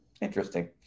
Interesting